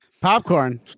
popcorn